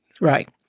right